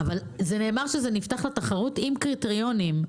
נאמר שזה נפתח לתחרות עם קריטריונים,